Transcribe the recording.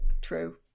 true